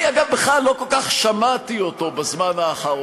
אני, אגב, בכלל לא כל כך שמעתי אותו בזמן האחרון.